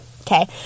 Okay